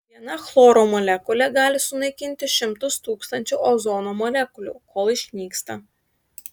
viena chloro molekulė gali sunaikinti šimtus tūkstančių ozono molekulių kol išnyksta